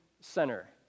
center